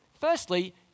Firstly